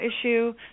issue